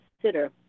consider